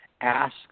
ask